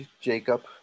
Jacob